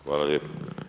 Hvala lijepa.